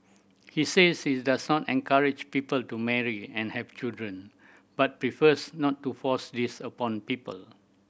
he says his does encourage people to marry and have children but prefers not to force this upon people